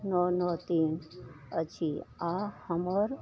नओ नओ तीन अछि आ हमर